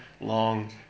long